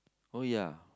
oh ya